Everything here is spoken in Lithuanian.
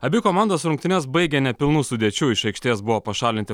abi komandos rungtynes baigė nepilnų sudėčių iš aikštės buvo pašalinti